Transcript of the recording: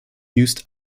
used